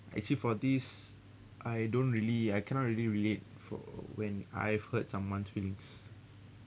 actually for this I don't really I cannot really relate for when I've hurt someone's feelings